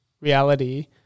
reality